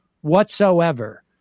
whatsoever